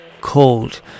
cold